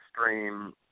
stream